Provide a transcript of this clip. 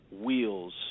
wheels